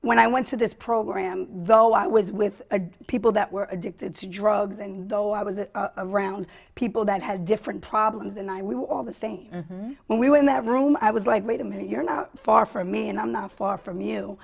when i went to this program though i was with a people that were addicted to drugs and though i was around people that had different problems and i we were all the same when we were in that room i was like wait a minute you're not far from me and i'm not far from you